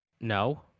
no